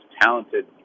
talented